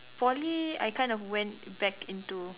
Poly I kind of went back into